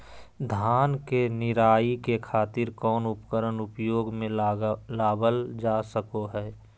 धान के निराई के खातिर कौन उपकरण उपयोग मे लावल जा सको हय?